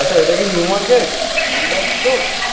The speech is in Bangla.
আচ্ছা এটা কি নিউমার্কেট মন্ডল স্টোর